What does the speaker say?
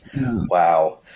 Wow